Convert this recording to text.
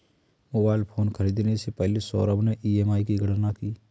mobile phone खरीदने से पहले सौरभ ने ई.एम.आई की गणना की